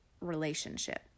relationship